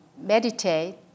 meditate